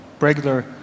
regular